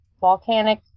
volcanic